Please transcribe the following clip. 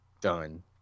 Done